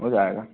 हो जाएगा